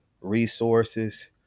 resources